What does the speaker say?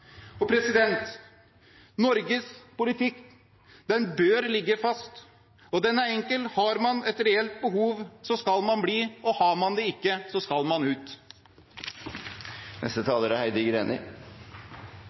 Norges politikk bør ligge fast, og den er enkel: Har man et reelt behov, skal man bli. Har man det ikke, skal man ut.